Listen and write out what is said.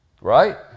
Right